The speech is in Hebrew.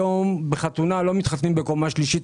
היום לא מתחתנים בקומה שלישית,